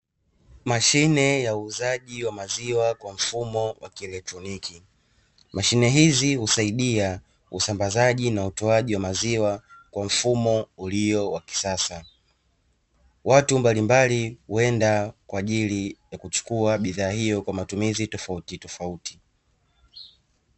Mashine ya uuzaji wa maziwa kwa mfumo wa kieletroniki